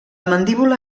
mandíbula